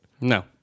No